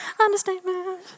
understatement